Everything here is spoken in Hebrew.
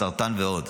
סרטן ועוד,